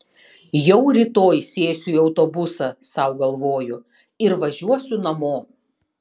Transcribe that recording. jau rytoj sėsiu į autobusą sau galvoju ir važiuosiu namo